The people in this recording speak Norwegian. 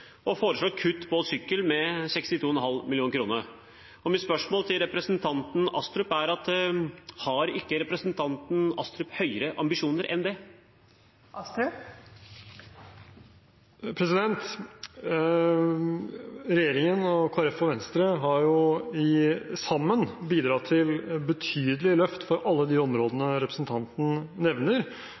og de foreslår kutt til sykkeltiltak med 62,5 mill. kr. Mitt spørsmål til representanten Astrup er: Har ikke representanten Astrup høyere ambisjoner enn det? Regjeringen, Kristelig Folkeparti og Venstre har sammen bidratt til betydelige løft for alle de områdene representanten nevner.